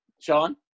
Sean